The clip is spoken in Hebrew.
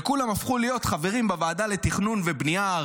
וכולם הפכו להיות חברים במועצה הארצית לתכנון ובנייה,